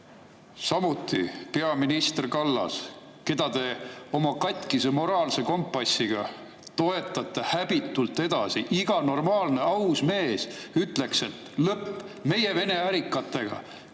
Samuti peaminister Kallas, keda te oma katkise moraalse kompassiga toetate häbitult edasi. Iga normaalne, aus mees ütleks, et lõpp, meie Vene ärikatega